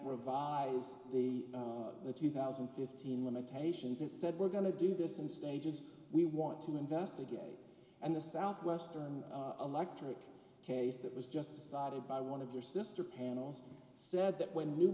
revise the the two thousand and fifteen limitations it said we're going to do this in stages we want to investigate and the southwestern electric case that was just decided by one of your sister panels said that when